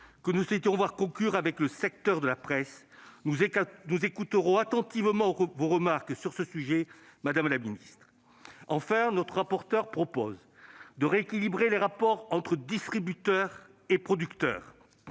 que nous souhaitons voir conclure avec le secteur de la presse. Nous écouterons attentivement vos remarques sur ce sujet, madame la ministre. Enfin, notre rapporteur propose de rééquilibrer les rapports entre distributeurs et producteurs.